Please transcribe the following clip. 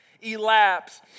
elapse